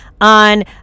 on